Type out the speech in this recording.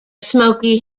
smoky